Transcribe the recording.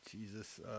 jesus